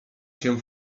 się